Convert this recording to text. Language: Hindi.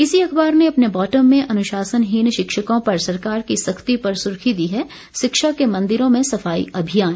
इसी अखबार ने अपने बॉटम में अनुशासनहीन शिक्षकों पर सरकार की सख्ती पर सुर्खी दी है शिक्षा के मंदिरों में सफाई अभियान